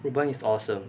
reu ben is awesome